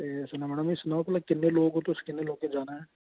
एह् सनाओ मी एह् सनाओ भला किन्ने लोक ओ तुस किन्ने लोकें जाना ऐ